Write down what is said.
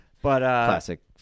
Classic